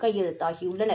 கையெழுத்தாகியுள்ளன